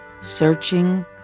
searching